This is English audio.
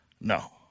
No